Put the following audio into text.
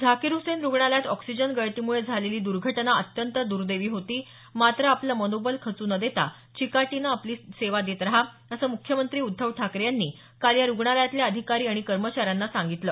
झाकीर हसेन रुग्णालयात ऑक्सिजन गळतीमुळे झालेली दुर्घटना अत्यंत दुर्देवी होती मात्र आपले मनोबल खचू न देता चिकाटीने आपली सेवा देत राहा असं मुख्यमंत्री उद्धव ठाकरे यांनी काल या रूग्णालयातल्या अधिकारी आणि कर्मचाऱ्यांना सांगितलं